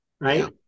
right